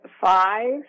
five